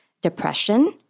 depression